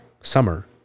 Summer